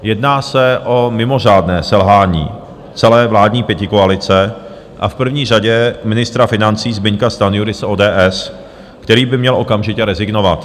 Jedná se o mimořádné selhání celé vládní pětikoalice a v první řadě ministra financí Zbyňka Stanjury z ODS, který by měl okamžitě rezignovat.